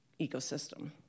ecosystem